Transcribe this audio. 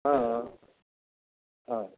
ହଁ ହଁ ହଁ